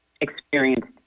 experienced